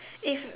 if